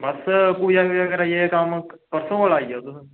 अच्छा पूजा कराइयै परसों कोला आई जायो तुस